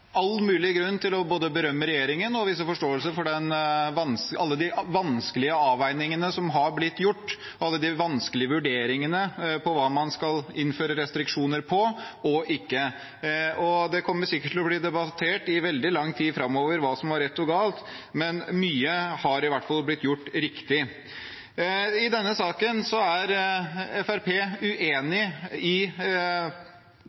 all mulig grunn til både å berømme regjeringen og vise forståelse for alle de vanskelige avveiningene som har blitt gjort, og alle de vanskelige vurderingene av hva man skal innføre restriksjoner på og ikke. Det kommer sikkert til å bli debattert i veldig lang tid framover hva som var rett og galt, men mye har i hvert fall blitt gjort riktig. I denne saken er